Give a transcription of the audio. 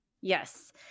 Yes